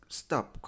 stop